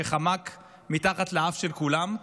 היא חמקה מתחת לאף של כולם.